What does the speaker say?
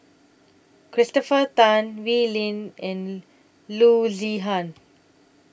Christopher Tan Wee Lin and Loo Zihan